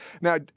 Now